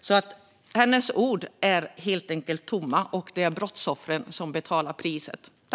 Magdalena Andersson yttrar bara tomma ord, och det är brottsoffren som betalar priset.